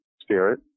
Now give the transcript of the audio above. spirit